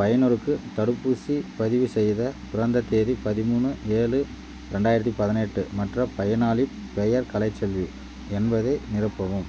பயனருக்கு தடுப்பூசிப் பதிவு செய்ய பிறந்த தேதி பதிமூணு ஏழு ரெண்டாயிரத்து பதினெட்டு மற்றும் பயனாளிப் பெயர் கலைசெல்வி என்பதை நிரப்பவும்